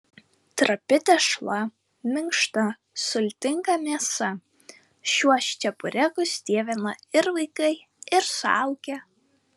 trapi tešla minkšta sultinga mėsa šiuos čeburekus dievina ir vaikai ir suaugę